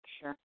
sure